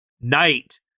knight